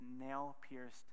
nail-pierced